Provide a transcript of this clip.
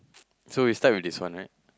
so we start with this one right